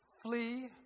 Flee